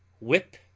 whip